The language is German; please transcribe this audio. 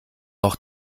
auch